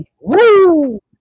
Woo